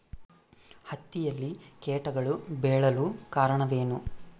ಹತ್ತಿಯಲ್ಲಿ ಕೇಟಗಳು ಬೇಳಲು ಕಾರಣವೇನು?